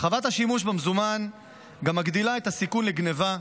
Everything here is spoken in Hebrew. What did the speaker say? הרחבת השימוש במזומן גם מגדילה את הסיכון לגנבה,